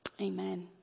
Amen